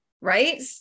right